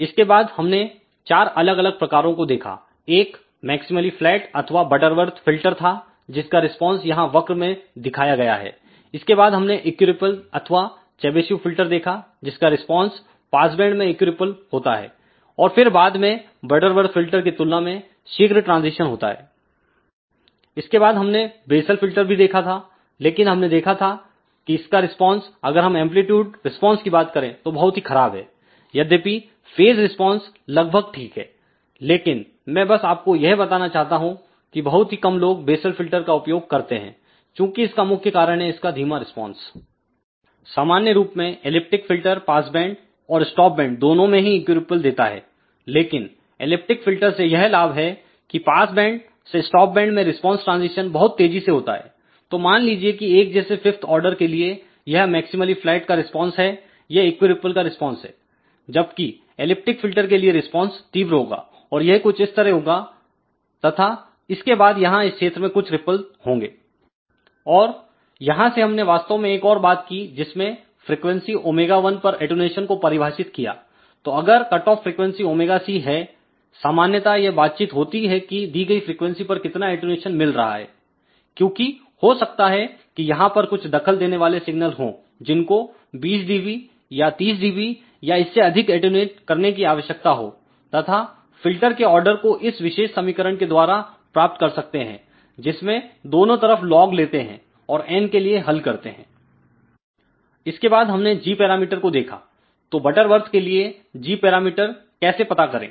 इसके बाद हमने चार अलग अलग प्रकारों को देखाएक मैक्सिमली फ्लैट अथवा बटरबर्थ फिल्टर था जिसका रिस्पांस यहां वक्र में दिखाया गया है इसके बाद हमने इक्यूरिपल अथवा चेबीशेव फिल्टर देखा जिसका रिस्पांस पासबैंड में इक्यूरिपल होता है और फिर बाद में बटरवर्थ फिल्टर की तुलना में शीघ्र ट्रांजिशन होता है इसके बाद हमने वेसल फिल्टर भी देखा था लेकिन हमने देखा कि इसका रिस्पांस अगर हम एंप्लीट्यूड रिस्पांस की बात करें तो बहुत ही खराब है यद्यपि फेज रिस्पांस लगभग ठीक है लेकिन मैं बस आपको यह बताना चाहता हूं कि बहुत ही कम लोग बेसल फिल्टर का उपयोग करते हैं चूंकि इसकामुख्य कारण हैइसका धीमा रिस्पांसहै सामान्य रूप में एलिप्टिक फिल्टर पास बैंड और स्टॉप बैंड दोनों में ही इक्यूरिपल देता है लेकिन एलिप्टिक फिल्टर से यह लाभ है की पास बैंड से स्टॉप बैंड में रिस्पांस ट्रांजिशन बहुत तेजी से होता है तो मान लीजिए की एक जैसे5th आर्डर के लिए यह मैक्समली फ्लैट का रिस्पांस है यह इक्यूरिपल का रिस्पांस है जबकि एलिप्टिक फिल्टर के लिए रिस्पांस तीव्र होगा और यह कुछ इस तरह होगा तथा इसके बाद यहां इस क्षेत्र में कुछ रिपल होंगे और यहाँ से हमने वास्तव में एक और बात की जिसमें फ्रीक्वेंसी ω1 पर अटेंन्यूशन को परिभाषित किया तो अगर कटऑफ फ्रिकवेंसी ωc है सामान्यता यह बातचीत होता है की दी गई फ्रिकवेंसी पर कितना अटेंन्यूशन मिल रहा है क्योंकि हो सकता है कि यहां पर कुछदखल देने वाले सिग्नल हो जिनको 20 dB या 30 dB या इससे अधिक एटीन्यूट करने की आवश्यकता हो तथा फिल्टर के आर्डर को इस विशेष समीकरण के द्वारा प्राप्त कर सकते हैं जिसमें दोनों तरफ log लेते हैं और n के लिए हल करते हैं इसके बाद हमने g पैरामीटर को देखा तो बटरवर्थ के लिए g पैरामीटर कैसे पता करें